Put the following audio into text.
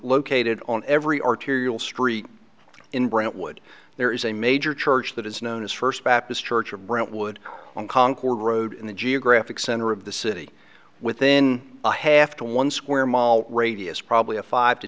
located on every arterial street in brentwood there is a major church that is known as first baptist church of brentwood on concord road in the geographic center of the city within a half to one square mile radius probably a five to